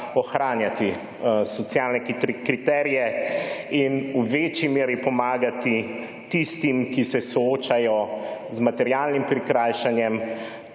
ohranjati socialne kriterije in v večji meri pomagati tistim, ki se soočajo z materialnim prikrajšanjem